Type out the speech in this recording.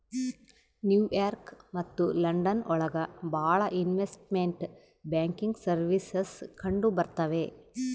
new York ಮತ್ತು London ಒಳಗ ಭಾಳ ಇನ್ವೆಸ್ಟ್ಮೆಂಟ್ ಬ್ಯಾಂಕಿಂಗ್ ಸರ್ವೀಸಸ್ ಕಂಡುಬರ್ತವೆ